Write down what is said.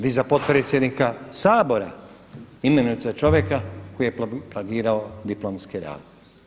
Vi za potpredsjednika Sabora imenujete čovjeka koji je plagirao diplomski rad.